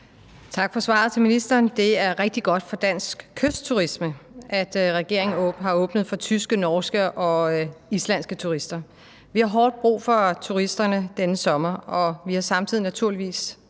Tak for svaret til ministeren. Det er rigtig godt for dansk kystturisme, at regeringen har åbnet for tyske, norske og islandske turister. Vi har hårdt brug for turisterne denne sommer, naturligvis